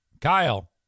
Kyle